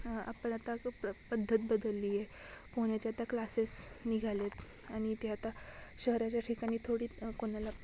आपल्याला प पद्धत बदललीये कोन्याच्या त्या क्लासेस निघालेत आनि ते आता शहराच्या ठिकानी थोडी कोनाला